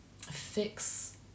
fix